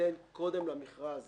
שיינתן קודם למכרז